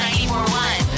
94.1